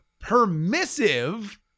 permissive